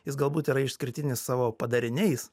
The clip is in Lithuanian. jis galbūt yra išskirtinis savo padariniais